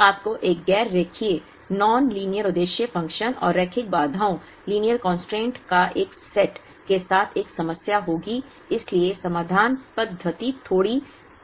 फिर आपको एक गैर रेखीय नॉन लीनियर उद्देश्य फ़ंक्शन और रैखिक बाधाओं लीनियर कंस्ट्रेंट का एक सेट के साथ एक समस्या होगी इसलिए समाधान पद्धति थोड़ी